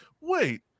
wait